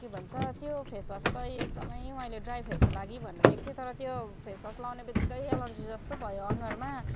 के भन्छ त्यो फेसवास चाहिँ एकदमै मैले ड्राई फेसको लागि भनेर लिएको थिएँ तर त्यो फेसवास लाउने बितिक्कै एलर्जी जस्तो भयो अनुहारमा